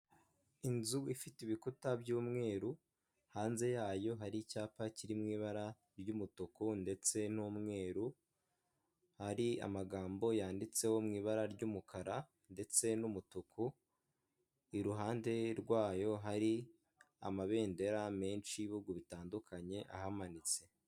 Inzu ifite ibikuta by'umweru, hanze yayo hari icyapa kiri mu ibara ry'umutuku ndetse n'umweru, hari amagambo yanditseho mu ibara ry'umukara ndetse n'umutuku, iruhande rwayo hari amabendera menshi y'ibihugu bitandukanye ahamanitse.